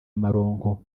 amaronko